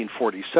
1947